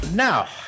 Now